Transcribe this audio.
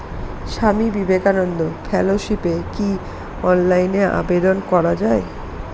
স্বামী বিবেকানন্দ ফেলোশিপে কি অনলাইনে আবেদন করা য়ায়?